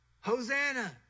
Hosanna